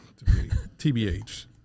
tbh